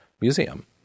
museum